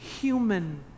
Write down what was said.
human